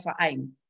Verein